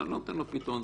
אני לא נותן לו פתרון.